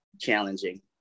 challenging